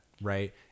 Right